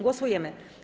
Głosujemy.